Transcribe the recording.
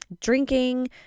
drinking